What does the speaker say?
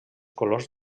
colors